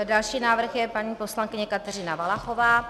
Další návrh je paní poslankyně Kateřina Valachová.